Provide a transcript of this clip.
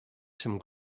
some